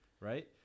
right